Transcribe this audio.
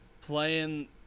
Playing